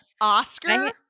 Oscar